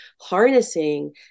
harnessing